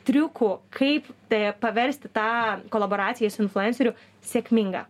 triukų kaip tai paversti tą kolaboraciją su influenceriu sėkminga